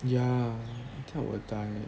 yeah I think I will die eh